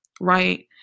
right